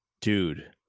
dude